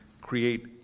create